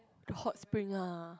hot spring ah